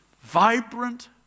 vibrant